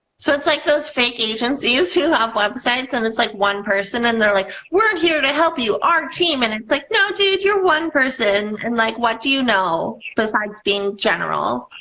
so, it's like those fake agencies who have websites and it's like one person and they're like we're here to help you and our team and it's like no dude, you're one person and like what do you know besides being general?